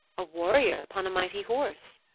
a warrior upon a mighty horse,